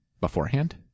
beforehand